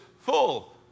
full